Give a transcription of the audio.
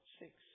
six